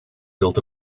built